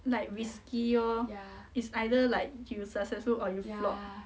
like risky lor it's either like you successful or you flop